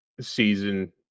season